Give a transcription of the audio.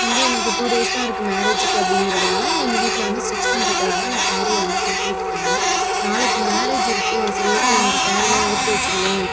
வந்து எனக்கு டூ டேஸ்தான் இருக்குது மேரேஜுக்கு அப்படிங்கிறதினால எங்கள் வீட்டில் வந்து ஸ்டிச் பண்றதுக்காக அந்த சாரீயை வந்து கொடுத்து விட்டுட்டாங்க நாளைக்கு மேரேஜ் இருக்கு சரி ஓகே இன்னிக்கு சாரீலாம் எடுத்து வச்சுடுவோம்